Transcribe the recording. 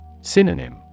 Synonym